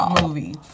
movie